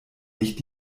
nicht